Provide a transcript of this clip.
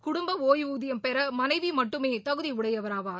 குடும்ப ஓய்வூதியம் பெற மனைவி மட்டுமே தகுதி உடையவராவார்